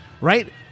Right